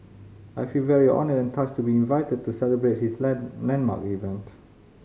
I feel very honoured and touched to be invited to celebrate his land landmark event